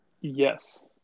Yes